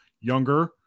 younger